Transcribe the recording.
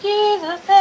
Jesus